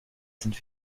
sind